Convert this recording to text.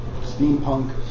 steampunk